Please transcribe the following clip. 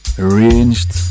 arranged